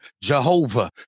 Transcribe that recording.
Jehovah